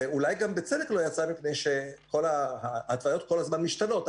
אולי גם בצדק, מפני שההתוויות כל הזמן משתנות.